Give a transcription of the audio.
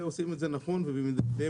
ועושים את זה נכון ובמידתיות.